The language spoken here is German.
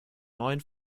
neuen